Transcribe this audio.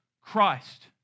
Christ